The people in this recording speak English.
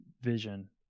vision